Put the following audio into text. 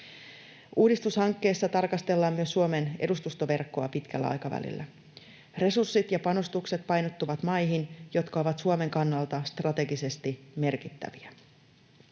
Uudistushankkeessa tarkastellaan myös Suomen edustustoverkkoa pitkällä aikavälillä. Resurssit ja panostukset painottuvat maihin, jotka ovat Suomen kannalta strategisesti merkittäviä.